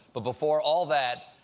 but before all that,